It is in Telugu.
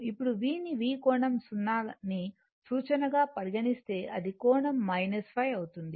ఇప్పుడు v ని V కోణం 0 ను సూచనగా పరిగణిస్తే ఇది కోణం ϕ అవుతుంది